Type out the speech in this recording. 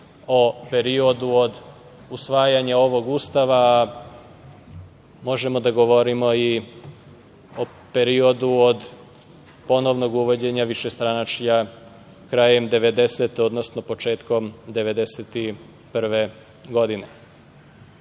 o periodu od usvajanja ovog Ustava, možemo da govorimo i o periodu od ponovnog uvođenja višestranačja, krajem 90-ih, odnosno početkom 1991.